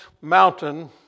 mountain